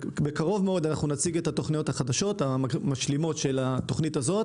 בקרוב מאוד נציג את התכניות החדשות והמשלימות של התכנית הזאת